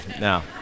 Now